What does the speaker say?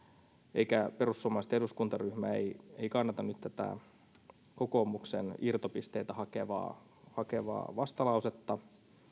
minä eikä perussuomalaisten eduskuntaryhmä kannata nyt tätä kokoomuksen irtopisteitä hakevaa hakevaa vastalausetta